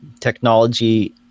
Technology